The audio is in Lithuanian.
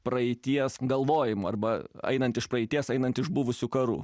praeities galvojimų arba einant iš praeities einant iš buvusių karų